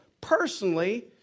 personally